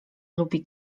lubi